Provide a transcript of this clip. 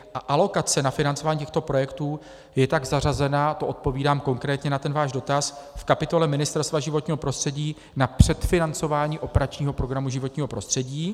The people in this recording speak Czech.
A alokace na financování těchto projektů je tak zařazená to odpovídám konkrétně na ten váš dotaz v kapitole Ministerstva životního prostředí na předfinancování operačního programu Životní prostředí.